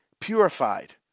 purified